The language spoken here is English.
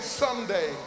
someday